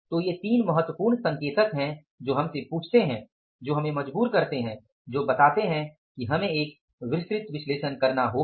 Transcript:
तो ये तीन महत्वपूर्ण संकेतक हैं जो हमसे पूछते हैं जो हमें मजबूर करते हैं जो बताते है कि हमें एक विस्तृत विश्लेषण करना होगा